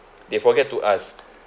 they forget to ask